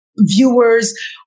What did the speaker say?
viewers